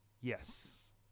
yes